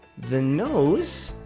the nose.